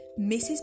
Mrs